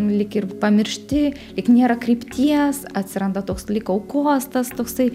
lyg ir pamiršti lyg nėra krypties atsiranda toks lyg aukos tas toksai